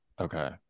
Okay